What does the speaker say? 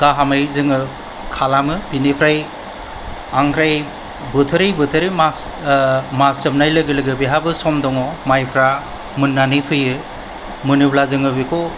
गाहामै जोङो खालामो बेनिफ्राय आमफ्राय बोथोरै बोथोरै मास मास जोबनाय लोगो लोगोनो बेहाबो सम दङ माइफ्रा मोननानै फैयो मोनोब्ला जोङो बेखौ